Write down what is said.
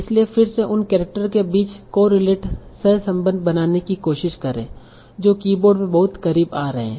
इसलिए फिर से उन केरेक्टर के बीच कोरिलेट सहसंबंध बनाने की कोशिश करें जो कीबोर्ड में बहुत करीब आ रहे हैं